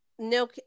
No